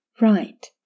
Right